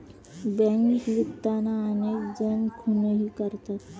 bank लुटताना अनेक जण खूनही करतात